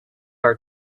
our